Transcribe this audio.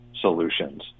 solutions